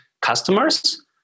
customers